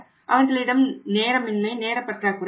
அவர்களிடம் நேரமின்மை நேரப்பற்றாக்குறை இல்லை